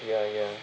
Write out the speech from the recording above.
ya ya